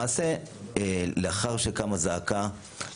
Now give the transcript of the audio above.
למעשה, לאחר שקמה זעקה